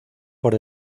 por